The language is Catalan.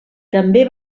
també